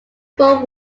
born